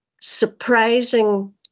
surprising